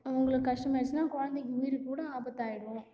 அவங்களுக்கு கஷ்டமாயிடுச்சுனால் குழந்தைங்க உயிருக்குக்கூட ஆபத்தாயிடும்